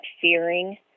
fearing